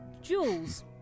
Jules